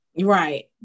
Right